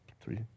three